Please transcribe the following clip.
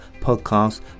podcast